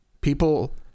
People